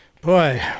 Boy